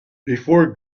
before